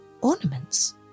ornaments